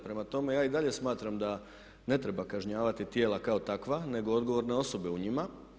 Prema tome, ja i dalje smatram da ne treba kažnjavati tijela kao takva nego odgovorne osobe u njima.